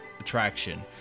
attraction